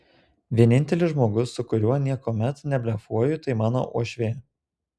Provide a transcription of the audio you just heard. vienintelis žmogus su kuriuo niekuomet neblefuoju tai mano uošvė